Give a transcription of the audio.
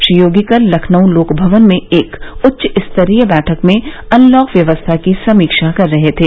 श्री योगी कल लखनऊ लोकभवन में एक उच्चस्तरीय बैठक में अनलॉक व्यवस्था की समीक्षा कर रहे थे